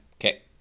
Okay